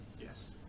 Yes